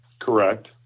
Correct